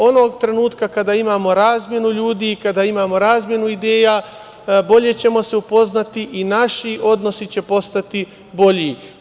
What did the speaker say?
Onog trenutka kada imamo razmenu ljudi i kada imamo razmenu ideja, bolje ćemo se upoznati i naši odnosi će postati bolji.